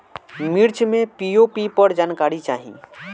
मिर्च मे पी.ओ.पी पर जानकारी चाही?